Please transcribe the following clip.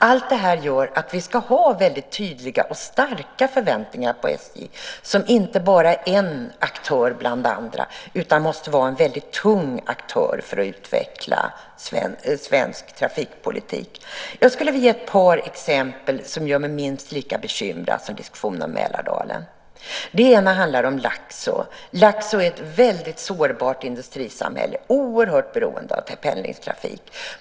Allt det här gör att vi ska ha väldigt tydliga och starka förväntningar på SJ, inte bara som en aktör bland andra utan som en mycket tung aktör, för att utveckla svensk trafikpolitik. Jag skulle vilja ge ett par exempel som gör mig minst lika bekymrad som diskussionen om Mälardalen. Det ena handlar om Laxå. Laxå är ett väldigt sårbart industrisamhälle, som är oerhört beroende av pendlingstrafik.